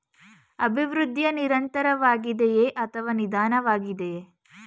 ಅಭಿವೃದ್ಧಿಯು ನಿರಂತರವಾಗಿದೆಯೇ ಅಥವಾ ನಿಧಾನವಾಗಿದೆಯೇ?